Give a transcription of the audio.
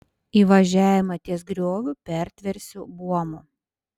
įvažiavimą ties grioviu pertversiu buomu